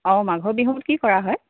অঁ মাঘৰ বিহুত কি কৰা হয়